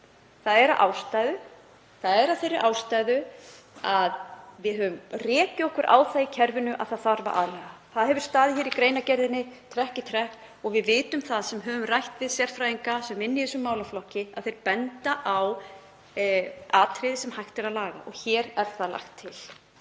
Það er af þeirri ástæðu að við höfum rekið okkur á það í kerfinu að það þarf að aðlaga. Það hefur staðið hér í greinargerðinni trekk í trekk og við vitum það sem höfum rætt við sérfræðinga sem vinna í þessum málaflokki að þeir benda á atriði sem hægt er að laga — og hér er það lagt til.